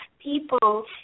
people